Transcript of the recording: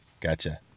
Gotcha